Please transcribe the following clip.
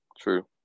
True